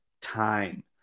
time